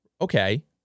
Okay